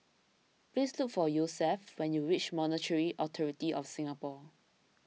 please look for Yosef when you reach Monetary Authority of Singapore